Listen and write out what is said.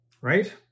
right